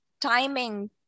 timing